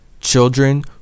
children